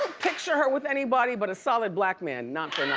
picture her with anybody but a solid black man, not